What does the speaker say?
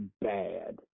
bad